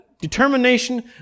determination